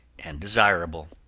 and desirable.